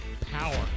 Power